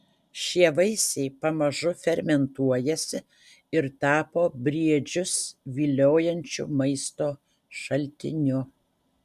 šie vaisiai pamažu fermentuojasi ir tapo briedžius viliojančiu maisto šaltiniu